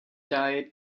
diet